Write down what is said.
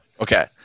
Okay